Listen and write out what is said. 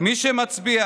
מי שמצביע